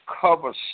cover